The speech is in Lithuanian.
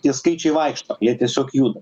tie skaičiai vaikšto jie tiesiog juda